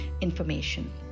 information